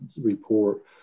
report